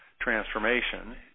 transformation